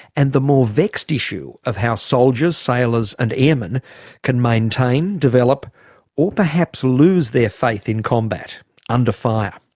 and the more vexed issue of how soldiers, sailors and airmen can maintain, develop or perhaps lose their faith in combat under fire.